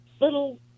little